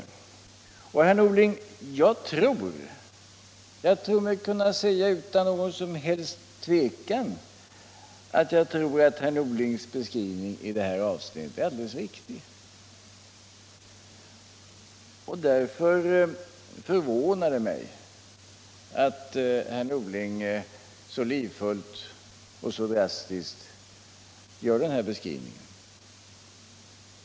Jag tror mig utan någon som helst tvekan kunna säga att herr Norlings beskrivning i detta avseende är alldeles riktig. Därför förvånar det mig att herr Norling så livfullt och så dramatiskt gör denna beskrivning.